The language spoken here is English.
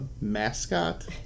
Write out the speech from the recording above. Mascot